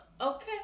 okay